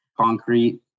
concrete